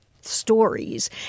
stories